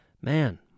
man